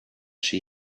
she